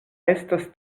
estas